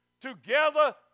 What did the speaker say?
Together